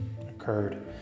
occurred